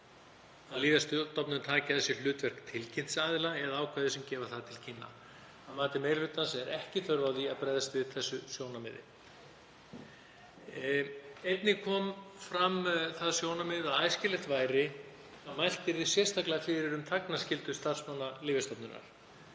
að Lyfjastofnun taki að sér hlutverk tilkynnts aðila eða ákvæði sem gefa það til kynna. Að mati meiri hlutans er því ekki þörf á að bregðast við þessu sjónarmiði. Einnig kom fram það sjónarmið að æskilegt væri að mælt yrði sérstaklega fyrir um þagnarskyldu starfsmanna Lyfjastofnunar.